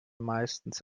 meistens